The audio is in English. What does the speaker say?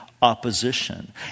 opposition